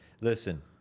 listen